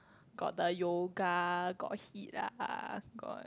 got the yoga got HIIT lah got